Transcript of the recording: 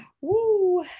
Woo